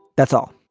that's all.